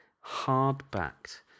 hard-backed